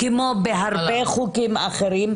כמו בהרבה חוקים אחרים,